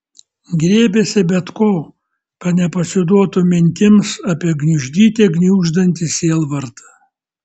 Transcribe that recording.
griebėsi bet ko kad nepasiduotų mintims apie gniuždyte gniuždantį sielvartą